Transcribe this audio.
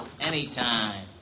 Anytime